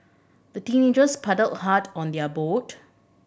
the teenagers paddled hard on their boat